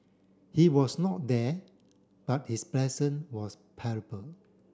he was not there but his presence was